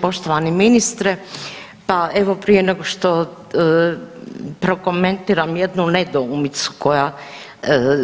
Poštovani ministre, pa evo prije nego što prokomentiram jednu nedoumicu koja